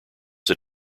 that